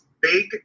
Big